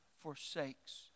forsakes